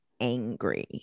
angry